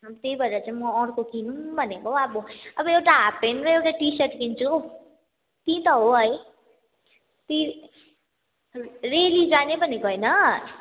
अनि त्यही भएर चाहिँ म अर्को किनौँ भनेको हो अब अब एउटा हाफ पेन्ट र एउटा टी सर्ट किन्छु हो त्यहीँ त हो है त्यहीँ ऱ्याली जाने भनेको होइन